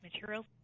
materials